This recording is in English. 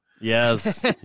Yes